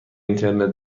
اینترنت